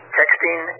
texting